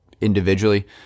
individually